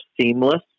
seamless